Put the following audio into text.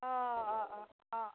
অঁ অঁ অঁ অঁ